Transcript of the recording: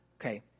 Okay